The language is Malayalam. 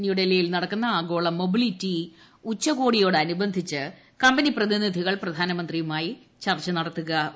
ന്യൂഡൽഹിയിൽ നടക്കുന്ന ആഗോള മൊബിലിറ്റി ഉച്ചകോടിയോടനുബന്ധിച്ചാണ് കമ്പനി പ്രതിനിധികൾ പ്രധാനമന്ത്രിയുമായി ചർച്ച നടത്തിയത്